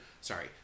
sorry